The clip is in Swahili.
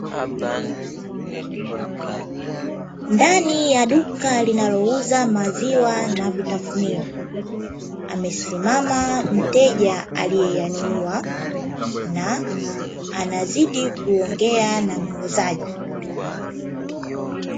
Ndani ya duka linalouza maziwa na vitafunio, amesimama mteja aliyeyanunua na anazidi kuongea na muuzaji.